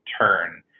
turn